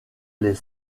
les